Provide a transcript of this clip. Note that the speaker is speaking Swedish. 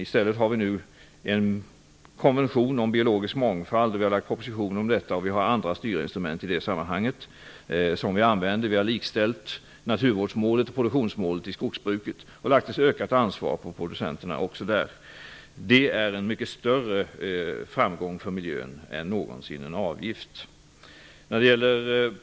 I stället har vi nu en konvention om biologisk mångfald, och vi har lagt fram en proposition på det området. Vi har i detta sammanhang också andra styrinstrument som vi använder. Vi har likställt naturvårdsmålet och produktionsmålet i skogsbruket och även där lagt ett ökat ansvar på producenterna. Det en mycket större framgång för miljön än någonsin en avgift.